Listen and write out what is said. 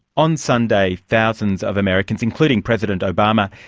on sunday thousands of americans, including president obama,